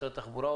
משרד התחבורה,